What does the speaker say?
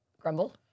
Grumble